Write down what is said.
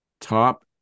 top